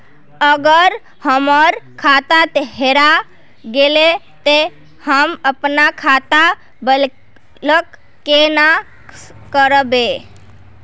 अगर हमर खाता हेरा गेले ते हम अपन खाता ब्लॉक केना करबे?